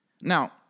Now